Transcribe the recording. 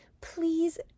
please